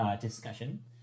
discussion